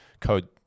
code